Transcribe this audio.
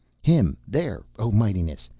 him there, oh mightiness.